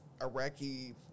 Iraqi